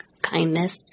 Kindness